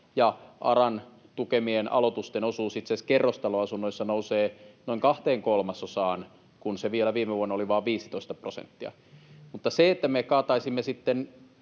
Ja ARAn tukemien aloitusten osuus itse asiassa kerrostaloasunnoissa nousee noin kahteen kolmasosaan, kun se vielä viime vuonna oli vain 15 prosenttia. Mutta se, että me kaataisimme sitten